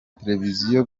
televiziyo